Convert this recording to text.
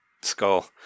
skull